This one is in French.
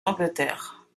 angleterre